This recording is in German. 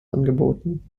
angeboten